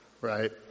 right